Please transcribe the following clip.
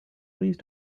please